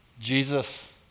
Jesus